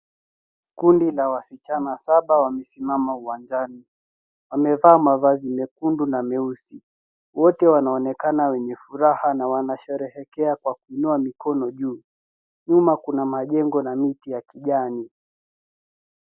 Kundi la wasichana saba wamesimama uwanjani. Wamevaa mavazi mekundu na meusi. Wote wanaonekana wenye furaha na wanasherehekea kwa kuinua mikono juu. Nyuma kuna majengo na miti ya kijani.